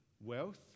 wealth